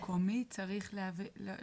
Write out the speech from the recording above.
הרב המקומי צריך להביא?